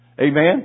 amen